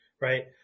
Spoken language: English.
right